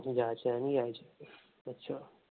जायचं आणि यायचं अच्छा